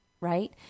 right